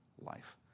life